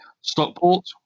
Stockport